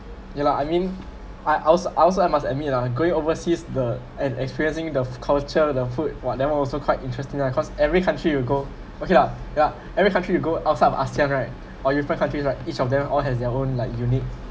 ya lah I mean I also I also I must admit ah going overseas the and experiencing the culture the food !wah! that one also quite interesting lah cause every country you go okay ah yeah every country you go outside of asean right or different countries right each of them all has their own like unique